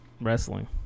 Wrestling